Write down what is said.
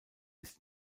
ist